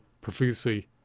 profusely